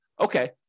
okay